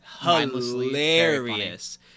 hilarious